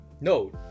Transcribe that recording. No